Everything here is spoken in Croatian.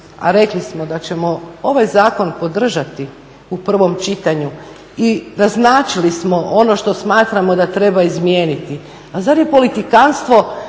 a rekli smo da ćemo ovaj zakon podržati u prvom čitanju i naznačili smo ono što smatramo da treba izmijeniti, ali zar je politikantstvo